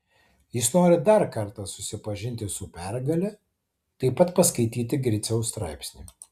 jis nori dar kartą susipažinti su pergale taip pat paskaityti griciaus straipsnį